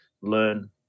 learn